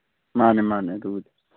ꯃꯥꯅꯦ ꯃꯥꯅꯦ ꯑꯗꯨꯕꯨꯗꯤ